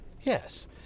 Yes